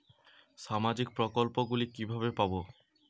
সামাজিক প্রকল্প গুলি কিভাবে পাব?